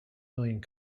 million